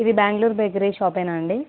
ఇది బెంగలూరు బేకరీ షాపేనా అండి